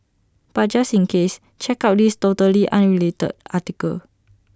but just in case check out this totally unrelated article